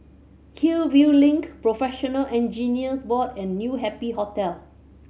Hillview Link Professional Engineers Board and New Happy Hotel